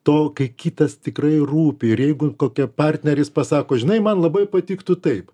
to kai kitas tikrai rūpi ir jeigu kokia partneris pasako žinai man labai patiktų taip